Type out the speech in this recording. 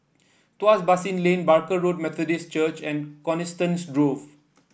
Tuas Basin Lane Barker Road Methodist Church and Coniston Grove